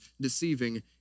deceiving